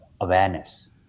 awareness